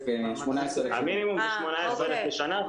המינימום זה 18,000 בשנה,